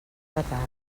retard